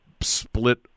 split